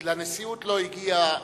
לנשיאות לא הגיעה